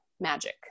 magic